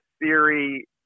theory